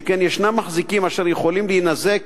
שכן יש מחזיקים אשר יכולים להינזק